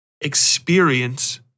experience